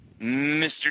Mr